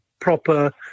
proper